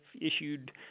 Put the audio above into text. issued